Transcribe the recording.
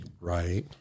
Right